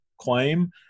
claim